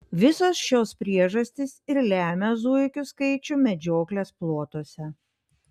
visos šios priežastys ir lemia zuikių skaičių medžioklės plotuose